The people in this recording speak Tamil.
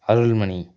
அருள்மணி